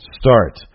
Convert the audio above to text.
start